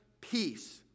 peace